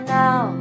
now